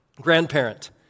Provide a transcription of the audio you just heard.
grandparent